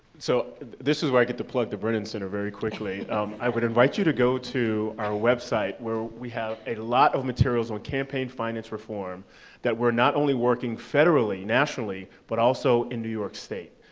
so this is where i get to plug the brennan center very quickly. i would invite you to go to our website where we have a lot of materials on campaign finance reform that were not only working federally, nationally, but also in new york state,